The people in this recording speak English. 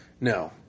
no